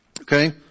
Okay